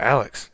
Alex